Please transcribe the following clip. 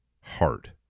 heart